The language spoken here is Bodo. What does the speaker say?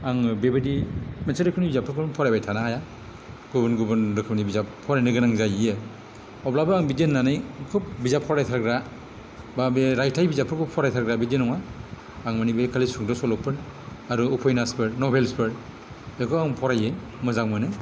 आङो बेबायदि मोनसे रोखोमनि बिजाबफोरखौनो फरायबाय थानो हाया गुबुन गुबुन रोखोमनि बिजाब फरायनंगौ जाहैयो अब्लाबो आं बिदि होननानै खोब बिजाब फरायथारग्रा बा बे रायथाइ बिजाबफोरखौ फरायथारग्रा बिदि नङा आं माने बे खालि सुंद' सल'फोर आरो उपन्यासफोर नबेल्सफोर बेखौ आं फरायो मोजां मोनो